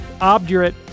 obdurate